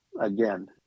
again